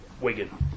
Wigan